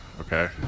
okay